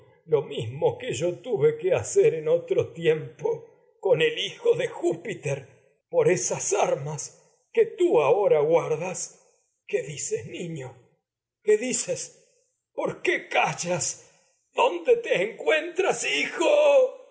lo mismo que yo tuve que hacer en armas que otro tiempo con el hijcf de júpiter por esas tii ahora guardas qué dices niño qué dices poi qué callas dónde te encuentras neoptólemo dolor hijo